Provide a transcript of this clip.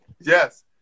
yes